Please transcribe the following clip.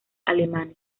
alemanes